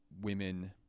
women